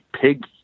pig